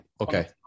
okay